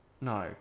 No